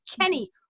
Kenny